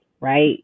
right